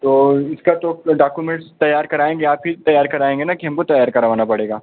तो इसका तो डाक्यूमेंट्स तैयार कराएंगे आप ही तैयार कराएंगे ना कि हमको तैयार करवाना पड़ेगा